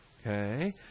Okay